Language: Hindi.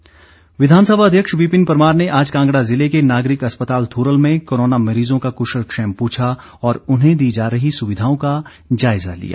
परमार विधानसभा अध्यक्ष विपिन परमार ने आज कांगड़ा ज़िले के नागरिक अस्पताल थुरल में कोरोना मरीजों का क्शलक्षेम पूछा और उन्हें दी जा रही सुविधाओं का जायजा लिया